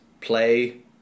play